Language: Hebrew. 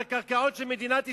על הקרקעות של מדינת ישראל,